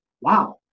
wow